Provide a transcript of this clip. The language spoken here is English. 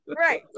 right